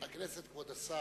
הכנסת, כבוד השר,